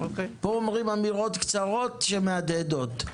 פה אומרים אמירות קצרות שמהדהדות.